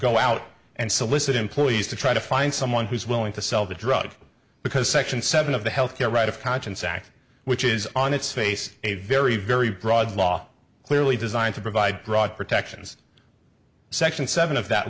go out and solicit employees to try to find someone who's willing to sell the drug because section seven of the health care right of conscience act which is on its face a very very broad law clearly designed to provide broad protections section seven of that